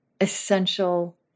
essential